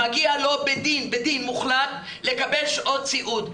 מגיע לו בדין מוחלט לקבל שעות סיעוד,